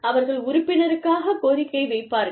அவர்கள் உறுப்பினருக்காகக் கோரிக்கை வைப்பார்கள்